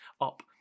up